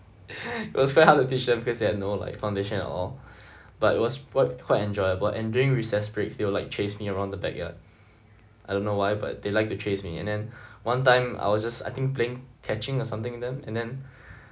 it was very hard to teach them because they had no like foundation at all but it was qui~ quite enjoyable and during recess breaks they will like chase me around the backyard I don't know why but they like to chase me and then one time I was just I think playing catching or something then and then